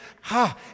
ha